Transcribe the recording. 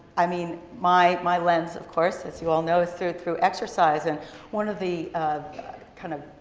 i mean my my lens, of course, as you all know, is through through exercise. and one of the kind of